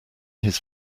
his